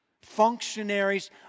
functionaries